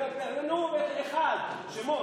שמות,